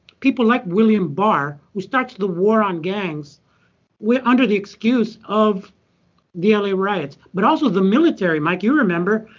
people like william barr who starts the war on gangs under the excuse of the l a. riots. but also the military, mike. you remember.